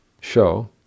show